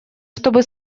чтобы